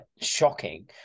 shocking